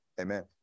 Amen